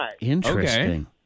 Interesting